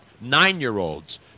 nine-year-olds